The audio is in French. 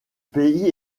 pays